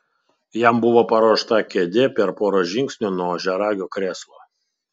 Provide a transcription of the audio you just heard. jam buvo paruošta kėdė per porą žingsnių nuo ožiaragio krėslo